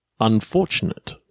Unfortunate